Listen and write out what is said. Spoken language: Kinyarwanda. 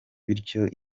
bityo